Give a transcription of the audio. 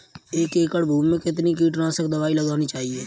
एक एकड़ भूमि में कितनी कीटनाशक दबाई लगानी चाहिए?